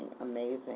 amazing